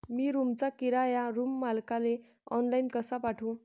मी रूमचा किराया रूम मालकाले ऑनलाईन कसा पाठवू?